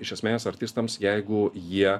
iš esmės artistams jeigu jie